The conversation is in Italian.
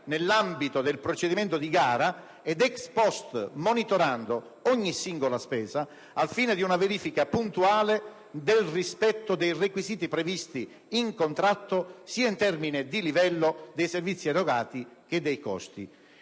nell'ambito del procedimento di gara) e, *ex post*, monitorando ogni singola spesa al fine di una verifica puntuale del rispetto dei requisiti previsti in contratto, in termini sia di livello dei servizi erogati che di costi.